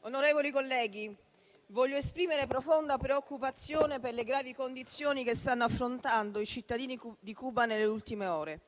onorevoli colleghi, voglio esprimere profonda preoccupazione per le gravi condizioni che stanno affrontando i cittadini di Cuba nelle ultime ore.